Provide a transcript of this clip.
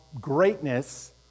greatness